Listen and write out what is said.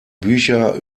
bücher